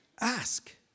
Ask